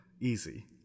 Easy